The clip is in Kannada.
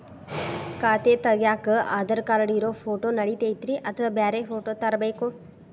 ಖಾತೆ ತಗ್ಯಾಕ್ ಆಧಾರ್ ಕಾರ್ಡ್ ಇರೋ ಫೋಟೋ ನಡಿತೈತ್ರಿ ಅಥವಾ ಬ್ಯಾರೆ ಫೋಟೋ ತರಬೇಕೋ?